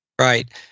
Right